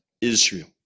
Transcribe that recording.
Israel